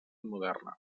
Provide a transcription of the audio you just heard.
moderna